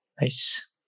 nice